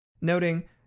noting